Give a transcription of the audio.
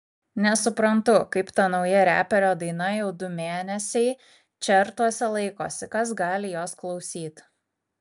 nesuprantu kaip ta nauja reperio daina jau du mėnesiai čertuose laikosi kas gali jos klausyt